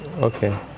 Okay